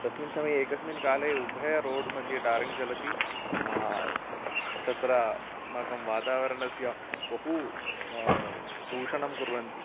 तस्मिन् समये एकस्मिन् काले उभय रोड् मध्ये टारिन्ग् चलति तत्र अस्माकं वातावरणस्य बहू दूषणं कुर्वन्ति